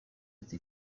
ati